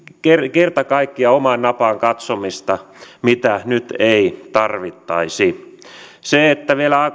kerta kaikkiaan sitä omaa napaan katsomista mitä nyt ei tarvittaisi se että vielä